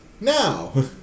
now